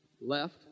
left